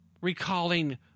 recalling